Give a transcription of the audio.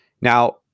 Now